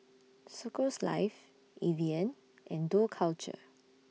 Circles Life Evian and Dough Culture